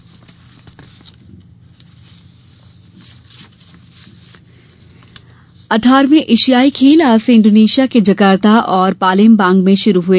एशियाई खेल अट्ठारवें एशियाई खेल आज से इंडोनेशिया के जकार्ता और पालेमबांग में शुरू हुए